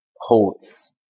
holds